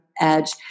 edge